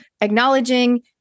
acknowledging